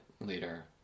later